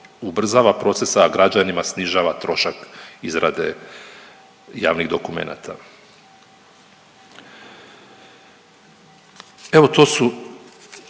ubrzava proces, a građanima snižava trošak izrade javnih dokumenata. Evo, to su